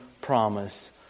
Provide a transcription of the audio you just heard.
promise